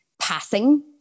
passing